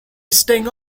staying